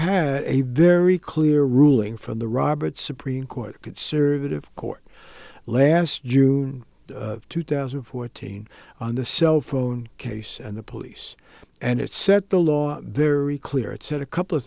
had a very clear ruling from the robert supreme court conservative court last june two thousand and fourteen on the cell phone case and the police and it set the law very clear it said a couple of